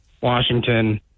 Washington